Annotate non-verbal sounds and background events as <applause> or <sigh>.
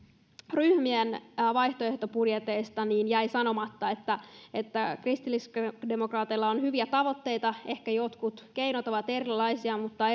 ryhmien vaihtoehtobudjeteista jäi sanomatta että että kristillisdemokraateilla on hyviä tavoitteita ehkä jotkut keinot ovat erilaisia mutta <unintelligible>